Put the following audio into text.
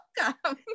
welcome